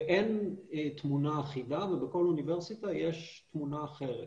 ואין תמונה אחידה ובכל אוניברסיטה יש תמונה אחרת.